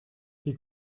die